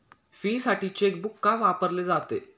फीसाठी चेकबुक का वापरले जाते?